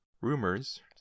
Rumors